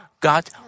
God